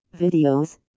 videos